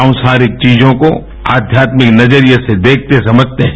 सांसारिक चीजों को आध्यात्मिक नज़रिए से देखते समझते हैं